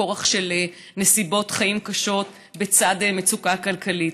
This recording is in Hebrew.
כורח של נסיבות חיים קשות בצד מצוקה כלכלית.